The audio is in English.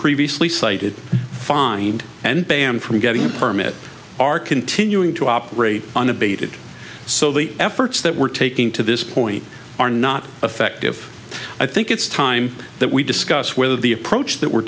previously cited fined and ban from getting permits are continuing to operate unabated so the efforts that we're taking to this point are not effective i think it's time that we discuss whether the approach that we're